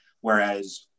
Whereas